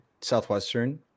Southwestern